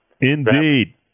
Indeed